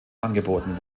angeboten